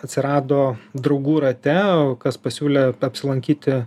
atsirado draugų rate kas pasiūlė apsilankyti